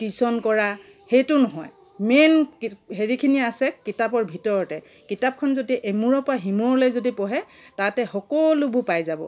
tuition কৰা সেইটো নহয় মেইন হেৰিখিনি আছে কিতাপৰ ভিতৰতে কিতাপখন যদি এমূৰৰ পৰা সিমূৰলৈ যদি পঢ়ে তাতে সকলোবোৰ পাই যাব